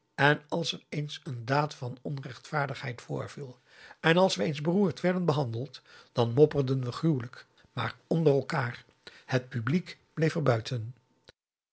en als er eens n daad van onrechtvaardigheid voorviel en als we eens beroerd werden behandeld dan mopperden we gruwelijk maar onder elkaar het publiek bleef er buiten